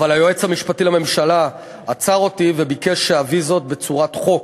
אבל היועץ המשפטי לממשלה עצר אותי וביקש שאביא זאת בצורת חוק,